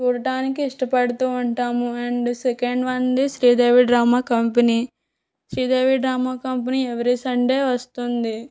చూడటానికి ఇష్టపడుతూ ఉంటాము అండ్ సెకండ్ వన్ది Sridevi drama company Sridevi drama company every Sunday వస్తుంది